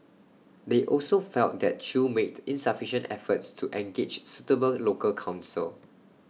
they also felt that chew made insufficient efforts to engage suitable local counsel